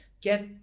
Get